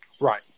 Right